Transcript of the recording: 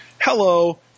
Hello